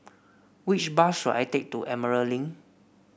which bus should I take to Emerald Link